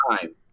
time